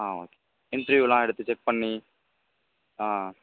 ஆ okay இன்ட்ரிவியூலாம் எடுத்து check பண்ணி ஆ